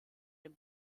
dem